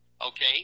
okay